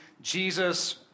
Jesus